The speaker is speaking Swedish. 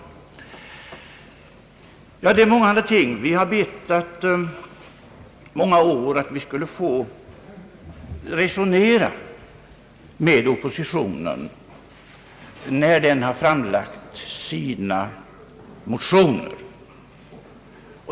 Mångahanda ting finns att diskutera. Vi har under många år bett att vi skulle få rescnera med oppositionen sedan den har framlagt sina motioner.